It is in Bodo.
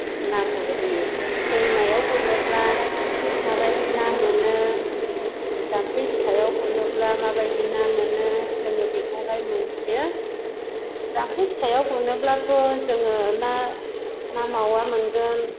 ना गुरहैयो दैमायाव गुरनोब्ला माबायदि ना मोनो जाम्फै फिसायाव गुरनोब्ला माबायदि ना मोनो जोङो बेखौहाय मोन्थियो जाम्फै फिसायाव गुरनोब्लाथ' जोङो ना ना मावा मोनगोन